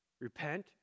Repent